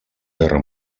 guerra